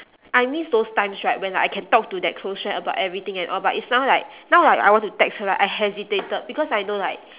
I miss those times right when like I can talk to that close friend about everything and all but is now like now like I want to text her right I hesitated because I know like